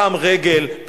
פעם רגל,